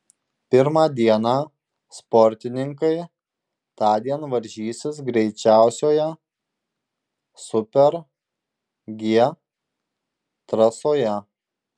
pirmą dieną sportininkai tądien varžysis greičiausioje super g trasoje